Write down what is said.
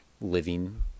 living